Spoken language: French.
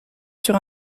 sur